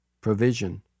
Provision